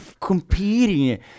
competing